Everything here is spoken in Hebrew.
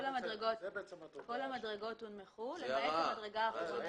כל המדרגות הונמכו, למעט מדרגה אחת.